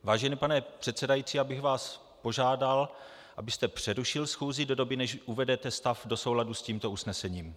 Vážený pane předsedající, já bych vás požádal, abyste přerušil schůzi do doby než uvedete stav do souladu s tímto usnesením.